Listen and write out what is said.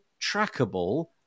trackable